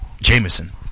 Jameson